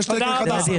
תודה רבה.